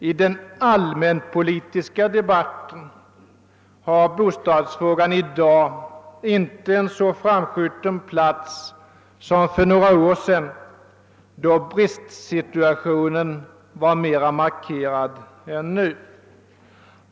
I den allmänpolitiska debatten har bostadsfrågan i dag inte en så framskjuten plats som för några år sedan, då bristsituationen var mera markerad än nu.